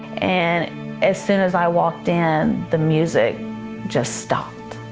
and as soon as i walked in, the music just stopped.